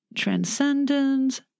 Transcendence